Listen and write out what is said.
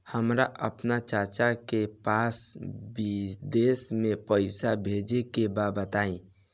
हमरा आपन चाचा के पास विदेश में पइसा भेजे के बा बताई